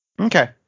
Okay